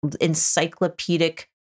encyclopedic